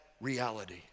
reality